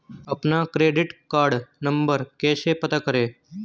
अपना credit card number कैसे पता करें?